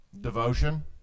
devotion